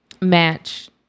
match